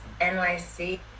NYC